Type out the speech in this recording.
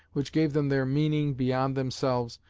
which gave them their meaning beyond themselves,